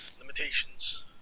Limitations